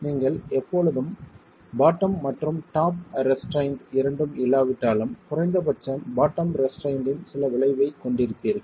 நீங்கள் எப்பொழுதும் பாட்டம் மற்றும் டாப் ரெஸ்ட்ரைன்ட் இரண்டும் இல்லாவிட்டாலும் குறைந்த பட்சம் பாட்டம் ரெஸ்ட்ரைன்ட்டின் சில விளைவைக் கொண்டிருப்பீர்கள்